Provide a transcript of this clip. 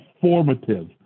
formative